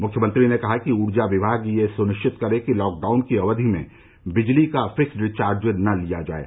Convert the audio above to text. म्ख्यमंत्री ने कहा कि ऊर्जा विभाग यह सुनिश्चित करे कि लॉकडाउन की अवधि में बिजली का फिक्स्ड चार्ज न लिया जाये